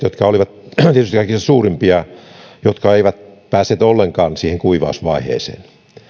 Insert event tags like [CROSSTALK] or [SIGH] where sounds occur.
[UNINTELLIGIBLE] jotka olivat tietysti kaikkein suurimpia häviäjiä jotka eivät päässeet ollenkaan siihen kuivausvaiheeseen